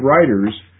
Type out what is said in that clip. writers